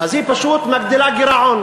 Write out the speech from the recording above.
אז היא פשוט מגדילה גירעון.